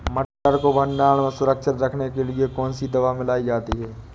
मटर को भंडारण में सुरक्षित रखने के लिए कौन सी दवा मिलाई जाती है?